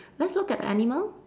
let's look at the animal